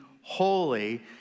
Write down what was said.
holy